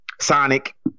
Sonic